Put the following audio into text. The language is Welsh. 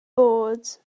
bod